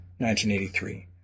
1983